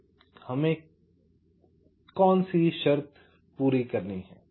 तो हमें क्या शर्त पूरी करनी है